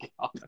God